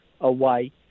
away